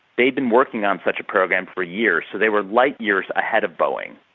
they had been working on such a program for years, so they were light years ahead of boeing.